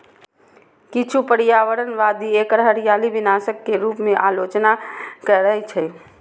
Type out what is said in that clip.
किछु पर्यावरणवादी एकर हरियाली विनाशक के रूप मे आलोचना करै छै